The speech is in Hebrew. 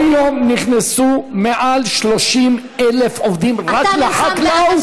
כל יום נכנסו יותר מ-30,000 עובדים רק לחקלאות.